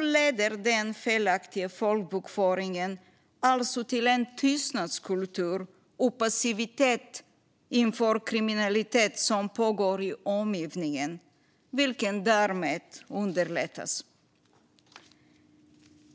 leder den felaktiga folkbokföringen alltså till en tystnadskultur och passivitet inför kriminalitet som pågår i omgivningen, vilken därmed underlättas.